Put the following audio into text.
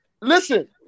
Listen